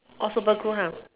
orh super cool [huh]